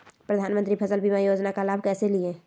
प्रधानमंत्री फसल बीमा योजना का लाभ कैसे लिये?